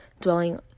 dwelling